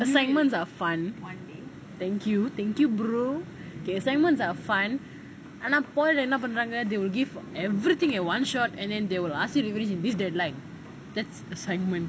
assignments are fun thank you thank you brother okay assignments are fun ஆனா என்ன பண்றாங்க:aanaa enna pandraanga they will give everything at one shot and then they will ask you to give at like ten assignments